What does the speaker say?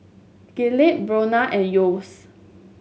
Gillette Bonia and Yeo's